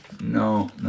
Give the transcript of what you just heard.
No